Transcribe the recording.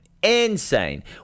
Insane